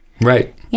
Right